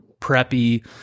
preppy